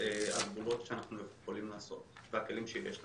הגבולות שאנחנו יכולים לעשות והכלים שיש לנו.